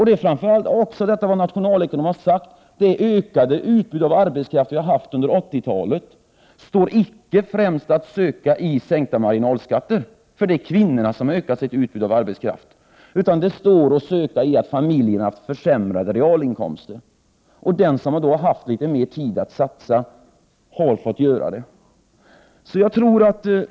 Det är också vad nationalekonomer har sagt: Orsaken till det ökade utbudet av arbetskraft under 1980-talet står icke främst att söka i sänkta marginalskatter — det är kvinnorna som ökat sitt utbud av arbetskraft — utan i att familjerna fått försämrade realinkomster. Den som då haft möjlighet att satsa litet mer tid har gjort det.